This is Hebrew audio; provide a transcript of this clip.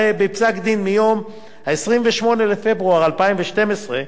בפסק-דין מיום 28 בפברואר 2012,